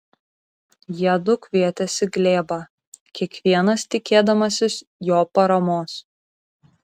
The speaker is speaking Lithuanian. jiedu kvietėsi glėbą kiekvienas tikėdamasis jo paramos